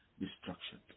destruction